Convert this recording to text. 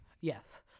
Yes